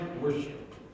worship